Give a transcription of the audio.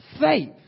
faith